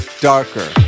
darker